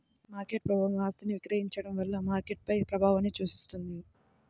market ప్రభావం ఆస్తిని విక్రయించడం వల్ల మార్కెట్పై ప్రభావాన్ని సూచిస్తుంది